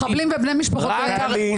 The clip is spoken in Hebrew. תשבי בשקט כבר.